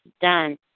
done